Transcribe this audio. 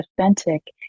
authentic